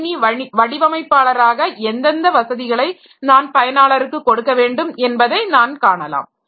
கணினி வடிவமைப்பாளராக எந்தெந்த வசதிகளை நான் பயனாளருக்கு கொடுக்க வேண்டும் என்பதை நான் காணலாம்